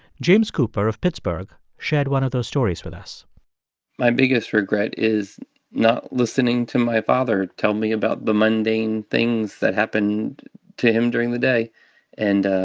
james cooper of pittsburgh shared one of those stories with us my biggest regret is not listening to my father tell me about the mundane things that happened to him during the day and